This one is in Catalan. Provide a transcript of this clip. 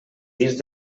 dins